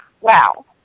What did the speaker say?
wow